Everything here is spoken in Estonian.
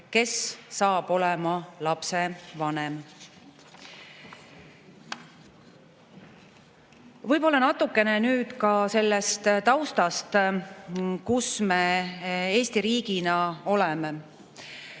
puhul olema lapse vanem. Võib-olla natukene ka sellest taustast, kus me Eesti riigina oleme.